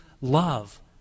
love